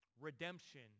redemption